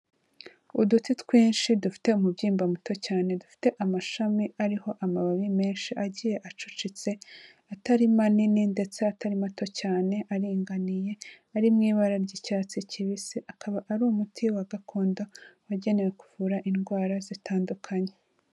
Uduti twinshi, dufite umubyimba muto cyane, dufite amashami ariho amababi menshi agiye acucetse, atari manini ndetse atari mato cyane aringaniye, ari mu ibara ry'icyatsi kibisi, akaba ari umuti wa gakondo, wagenewe kuvura indwara zitandukanye.